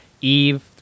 Eve